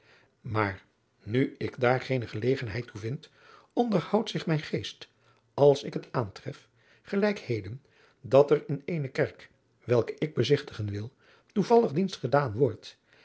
maar nu ik daar geene gelegenheid toe vind onderhoudt zich mijn geest als ik het aantref gelijk heden dat er in eene kerk welke ik bezigtigen wil toevallig dienst gedaan wordt